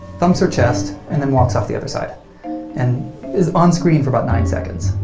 thumps her chest, and then walks off the other side and is on screen for about nine seconds.